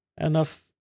enough